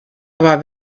aber